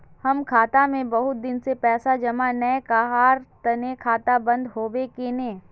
हम खाता में बहुत दिन से पैसा जमा नय कहार तने खाता बंद होबे केने?